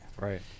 Right